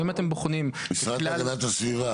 האם אתם בוחנים את כלל --- נציגת המשרד להגנת הסביבה,